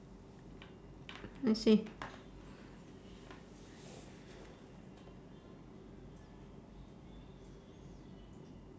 I see